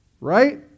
Right